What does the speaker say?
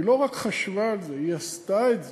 היא לא רק חשבה על זה, היא עשתה את זה.